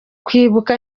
kwibuka